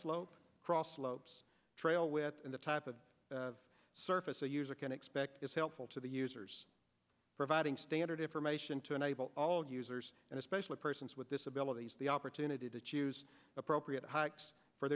slope cross floats trail within the type of surface a user can expect is helpful to the users providing standard information to enable all users and especially persons with disabilities the opportunity to choose appropriate hikes for